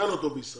שאין אותו בישראל,